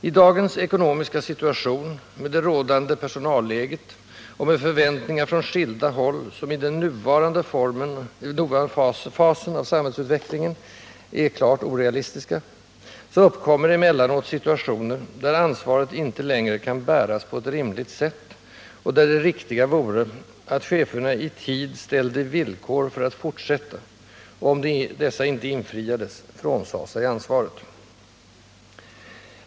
I dagens ekonomiska situation med det rådande personalläget och med förväntningar från skilda håll, som i den nuvarande fasen av samhällsutvecklingen är klart orealistiska, uppkommer det emellanåt situationer där ansvaret inte längre kan bäras på ett rimligt sätt och där det riktiga vore att cheferna i tid ställde villkor för att fortsätta och — om dessa inte infriades — frånsade sig ansvaret.